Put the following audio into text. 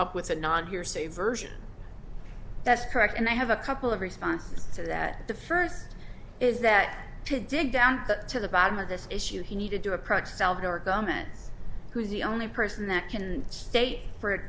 up with a non hearsay version that's correct and i have a couple of responses to that the first is that to dig down to the bottom of this issue he needed to approx al gore garments who's the only person that can state for